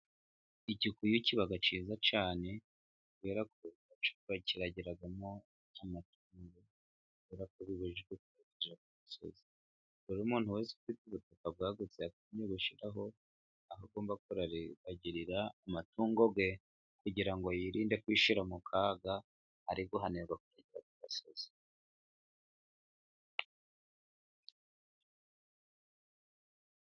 Igikuyu kiba cyiza cyane kubera ko bakiragiramo amatungo, kubera kobibujijwe kuragira ku gasozi. Ubwo rero umuntu wese ufite ubutaka bwagutse, yakagombye gushyiraho aho agomba kuragirira amatungo ye, kugira ngo yirinde kwishyira mu kaga ari guhanirwa kuragira ku gasozi.